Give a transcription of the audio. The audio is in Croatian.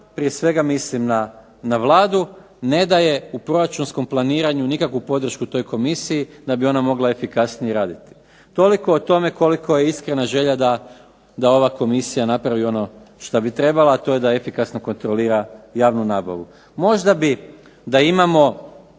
prije svega mislim na Vladu ne daje u proračunskom planiranju nikakvu podršku toj komisiji da bi ona mogla efikasnije raditi. Toliko o tome koliko je iskrena želja da ova komisija napravi ono šta bi trebala, a to da efikasno kontrolira javnu nabavu. Možda bi da imamo